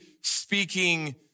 speaking